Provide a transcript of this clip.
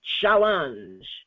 Challenge